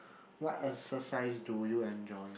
what exercise do you enjoy